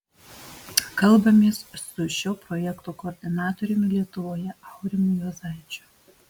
kalbamės su šio projekto koordinatoriumi lietuvoje aurimu juozaičiu